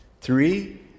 Three